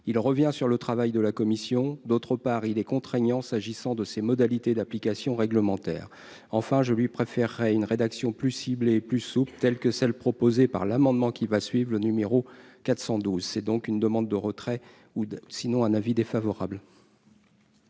il revient sur le travail de la commission d'autre part, il est contraignant, s'agissant de ses modalités d'application réglementaire, enfin je lui préférerais une rédaction plus plus souple, telle que celle proposée par l'amendement qui va suivent le numéro 412 c'est donc une demande de retrait ou sinon un avis défavorable.